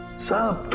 sir,